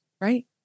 right